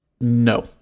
No